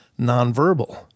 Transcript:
nonverbal